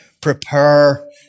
prepare